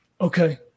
Okay